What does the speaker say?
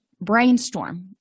Brainstorm